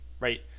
right